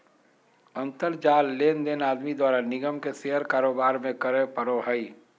अंतर जाल लेनदेन आदमी द्वारा निगम के शेयर कारोबार में करे पड़ो हइ